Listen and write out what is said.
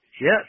yes